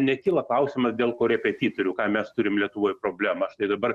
nekyla klausimas dėl korepetitorių ką mes turim lietuvoj problemą ir dabar